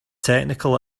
technical